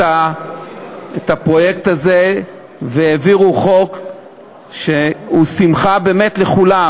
הפרויקט הזה והעבירו חוק שהוא באמת שמחה לכולם,